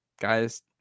guys